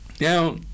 now